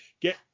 get